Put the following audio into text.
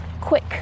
quick